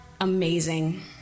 amazing